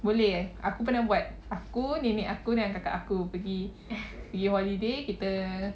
boleh eh aku pernah buat aku nenek aku dan kakak aku pergi holiday kita